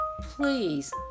Please